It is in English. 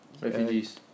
Refugees